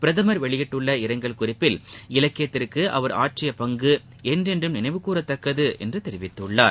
பிரதமர் வெளியிட்டுள்ள இரங்கல் குறிப்பில் இலக்கியத்திற்கு அவர் ஆற்றிய பங்கு என்றென்றும் நினைவு கூறத்தக்கது என்று தெரிவித்துள்ளார்